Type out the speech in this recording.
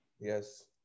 Yes